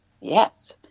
Yes